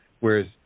Whereas